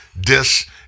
dis